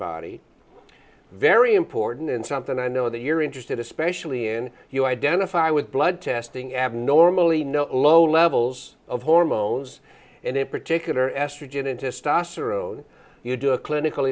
body very important and something i know that you're interested especially in you identify with blood testing abnormally know low levels of hormones and in particular estrogen and testosterone you do a clinical